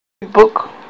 book